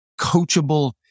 coachable